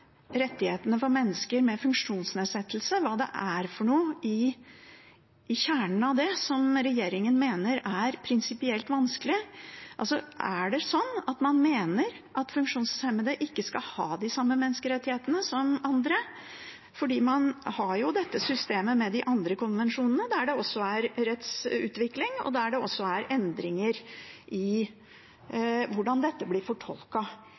regjeringen mener er prinsipielt vanskelig. Er det sånn at man mener at funksjonshemmede ikke skal ha de samme menneskerettighetene som andre? For man har jo dette systemet med de andre konvensjonene, der det også er rettsutvikling, og der det også er endringer i hvordan dette blir